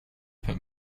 put